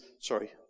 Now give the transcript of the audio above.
Sorry